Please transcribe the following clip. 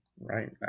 right